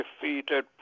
defeated